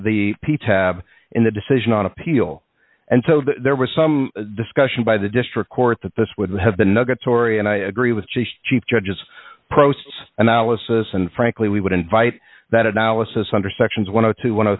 the p tab in the decision on appeal and so there was some discussion by the district court that this would have been nuggets ory and i agree with chief chief judges protests analysis and frankly we would invite that analysis under sections one of twenty one